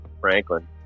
Franklin